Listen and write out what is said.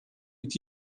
est